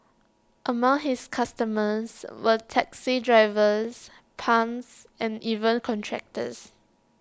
among his customers were taxi drivers pimps and even contractors